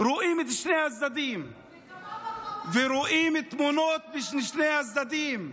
רואים את שני הצדדים ורואים תמונות משני הצדדים.